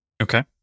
okay